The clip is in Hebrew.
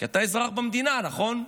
כי אתה אזרח במדינה, נכון?